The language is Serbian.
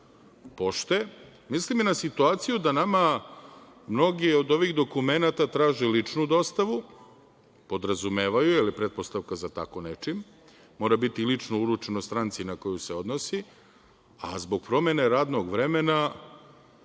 pošte, mislim i na situaciju da nama mnogi od ovih dokumenata traže ličnu dostavu, podrazumevaju je, jer je pretpostavka za tako nečim, mora biti lično uručen stranci na koju se odnosi, a zbog promene radnog vremena,